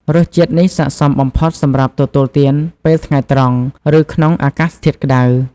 រសជាតិនេះស័ក្តិសមបំផុតសម្រាប់ទទួលទានពេលថ្ងៃត្រង់ ឬក្នុងអាកាសធាតុក្តៅ។